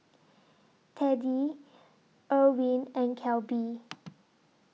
Teddie Irwin and Kelby